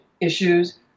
issues